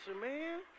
man